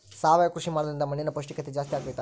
ಸಾವಯವ ಕೃಷಿ ಮಾಡೋದ್ರಿಂದ ಮಣ್ಣಿನ ಪೌಷ್ಠಿಕತೆ ಜಾಸ್ತಿ ಆಗ್ತೈತಾ?